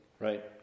right